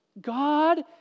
God